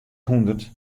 hûndert